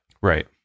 Right